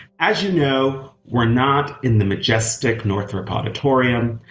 as you know, we're not in the majestic northrop auditorium,